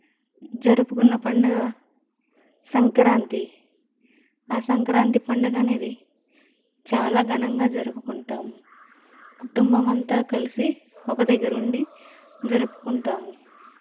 జరుపుకున్న పండగ సంక్రాంతి ఆ సంక్రాంతి పండగనేది చాలా గణంగా జరుపుకుంటాము కుటుంబం అంతా కలిసి ఒక దగ్గర ఉండి జరుపుకుంటాము